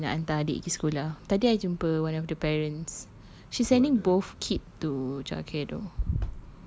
I tak sabar seh nak hantar adik pergi sekolah tadi I jumpa one of the parents she sending both kids to childcare though